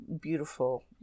Beautiful